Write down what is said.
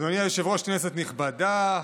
אדוני היושב-ראש, כנסת נכבדה,